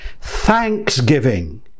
thanksgiving